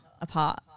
apart